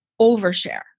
overshare